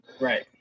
right